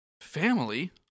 family